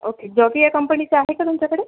okay Jockey या कंपनीच्या आहे का तुमच्याकडे